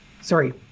sorry